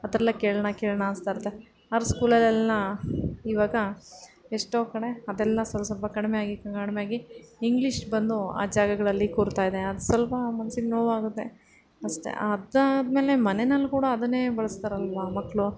ಆ ಥರ ಎಲ್ಲ ಕೇಳೋಣಾ ಕೇಳೋಣಾ ಅನ್ನಿಸ್ತಾಯಿರುತ್ತೆ ಆದರೆ ಸ್ಕೂಲಲ್ಲೆಲ್ಲ ಇವಾಗ ಎಷ್ಟೋ ಕಡೆ ಅದೆಲ್ಲ ಸ್ವಲ್ ಸ್ವಲ್ಪ ಕಡಿಮೆಯಾಗಿ ಕಡಿಮೆಯಾಗಿ ಇಂಗ್ಲಿಷ್ ಬಂದು ಆ ಜಾಗಗಳಲ್ಲಿ ಕೂರ್ತಾಯಿದೆ ಅದು ಸ್ವಲ್ಪ ಮನ್ಸಿಗೆ ನೋವಾಗುತ್ತೆ ಅಷ್ಟೇ ಅದಾದಮೇಲೆ ಮನೆನಲ್ಲಿ ಕೂಡ ಅದನ್ನೇ ಬಳಸ್ತಾರಲ್ವಾ ಮಕ್ಕಳು